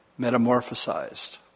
metamorphosized